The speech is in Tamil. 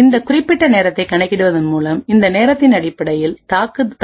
இந்த குறிப்பிட்ட நேரத்தை கணக்கிடுவதன் மூலம் இந்த நேரத்தின் அடிப்படையில்